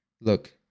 Look